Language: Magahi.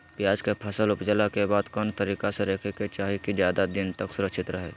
प्याज के फसल ऊपजला के बाद कौन तरीका से रखे के चाही की ज्यादा दिन तक सुरक्षित रहय?